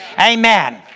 Amen